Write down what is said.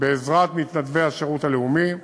בעזרת מתנדבי השירות הלאומי,